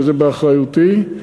שזה באחריותי,